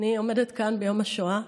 אני עומדת כאן ביום השואה,